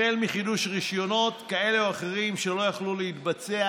חידוש רישיונות כאלה או אחרים שלא יכלו להתבצע,